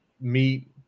meet